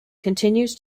continues